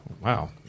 Wow